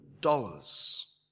dollars